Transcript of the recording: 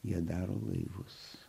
jie daro laivus